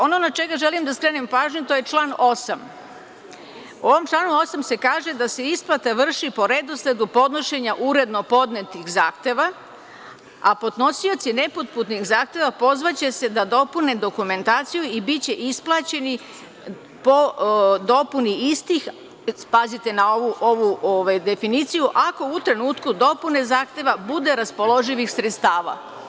Ono na šta želim da skrenem pažnju jeste član 8. U ovom članu 8. se kaže da se isplata vrši po redosledu podnošenja uredno podnetih zahteva, a podnosioci nepotpunih zahteva pozvaće se da dopune dokumentaciju i biće isplaćeni po dopuni istih, pazite na ovu definiciju, ako u trenutku dopune zahteva bude raspoloživih sredstava.